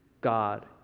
God